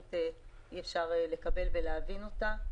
ופשוט אי אפשר לקבל ולהבין את זה.